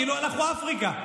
כאילו אנחנו אפריקה.